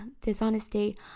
dishonesty